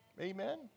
Amen